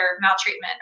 maltreatment